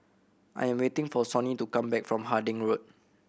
I am waiting for Sonny to come back from Harding Road